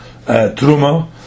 truma